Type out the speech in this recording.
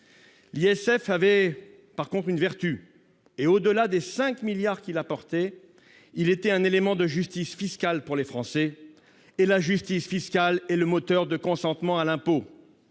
L'ISF avait, en revanche, une vertu : au-delà des 5 milliards d'euros qu'il rapportait, il était un élément de justice fiscale pour les Français. Et la justice fiscale est le moteur du consentement à l'impôt.